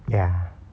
ya